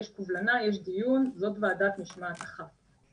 יש קובלנה, יש דיון, זאת ועדת משמעת אחת.